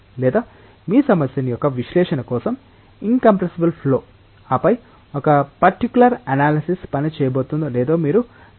లేదా మీ సమస్య యొక్క విశ్లేషణ కోసం ఇన్కంప్రెస్సబుల్ ఫ్లో ఆపై ఒక పర్టికులర్ అనలసిస్ పని చేయబోతుందో లేదో మీరు నమ్మకంగా ఉండాలి